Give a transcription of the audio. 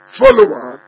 follower